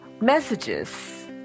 messages